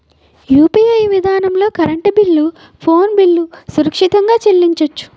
UPI విధానంలో current bill phone bill సురక్షితంగా చెల్లించొచ్చు